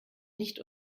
nicht